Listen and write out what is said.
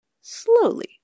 Slowly